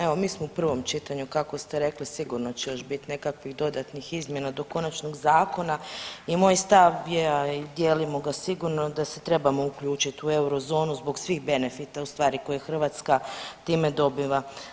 Evo mi smo u prvom čitanju kako ste rekli sigurno će još biti nekakvih dodatnih izmjena do konačnog zakona i moj stav, a dijelimo ga sigurno da se trebamo uključiti u eurozonu zbog svih benefita ustvari koje Hrvatska time dobiva.